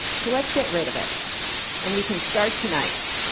so, let's get rid of it and we can start tonight.